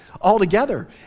altogether